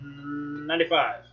95